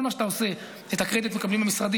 כי כל מה שאתה עושה, את הקרדיט מקבלים המשרדים.